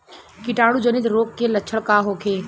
कीटाणु जनित रोग के लक्षण का होखे?